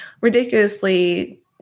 ridiculously